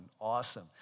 awesome